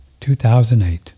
2008